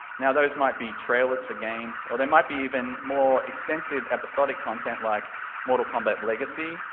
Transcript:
now those might be trailers for games, or they might be even more extensive episodic content like mortal kombat legacy,